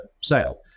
sale